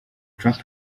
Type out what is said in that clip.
trump